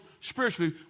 spiritually